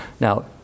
Now